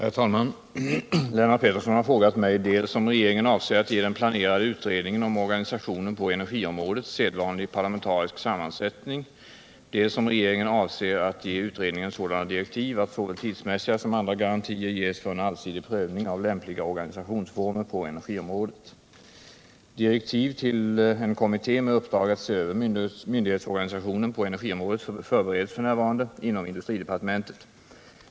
Herr talman! Lennart Pettersson har frågat mig dels om regeringen avser att ge den planerade utredningen om organisationen på energiområdet sedvanlig parlamentarisk sammansättning, dels om regeringen avser att ge utredningen sådana direktiv att såväl tidsmässiga som andra garantier ges för en allsidig prövning av lämpliga organisationsformer på energiområdet. Direktiv till en kommitté med uppdrag att se över myndighetsorganisationen på energiområdet förbereds f. n. inom industridepartementet.